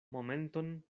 momenton